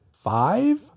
five